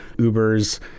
Uber's